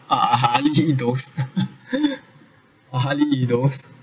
I hard eat those I hardly eat those